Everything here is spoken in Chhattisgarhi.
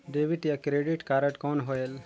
डेबिट या क्रेडिट कारड कौन होएल?